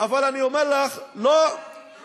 אבל אני אומר לך לא להתגאות,